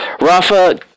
Rafa